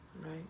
Right